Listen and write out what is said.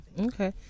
okay